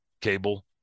cable